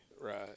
Right